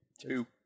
Two